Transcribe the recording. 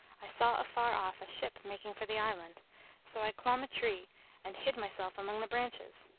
i saw afar off a ship making for the island so i clomb a tree and hid myself among the branches.